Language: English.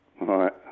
Right